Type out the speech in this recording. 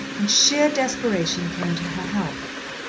and sheer desperation came to her help.